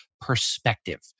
perspective